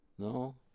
No